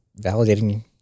validating